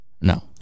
No